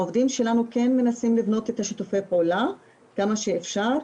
העובדים שלנו כן מנסים לבנות את שיתופי הפעולה כמה שאפשר.